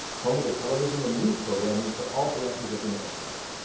home of the television and news programming for all branches of the military.